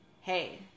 hey